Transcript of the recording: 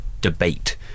debate